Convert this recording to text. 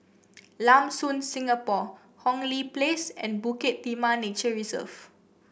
Lam Soon Singapore Hong Lee Place and Bukit Timah Nature Reserve